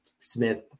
Smith